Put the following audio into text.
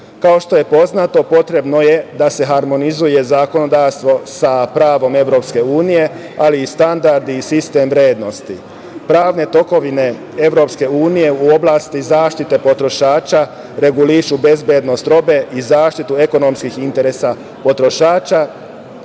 Kao što je poznato potrebno je da se harmonizuje zakonodavstvo sa pravom EU ali i standardi i sistem vrednosti. Pravne tekovine EU u oblasti zaštite potrošača regulišu bezbednost robe i zaštitu ekonomskih interesa potrošača